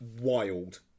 Wild